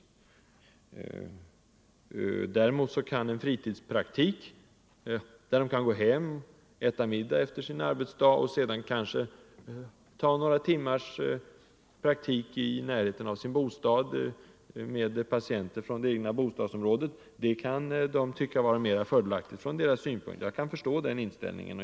Däremot 9 december 1974 kan en sådan läkare tycka att det är fördelaktigt med en fritidspraktik som innebär att vederbörande kan gå hem, äta middag efter sin arbetsdag = Ang. vissa följder av på sjukhuset och sedan ta några timmars praktik i närheten av sin bostad — de nya ersättningsmed patienter från det egna bostadsområdet. Jag kan förstå den inställ — reglerna inom ningen.